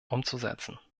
umzusetzen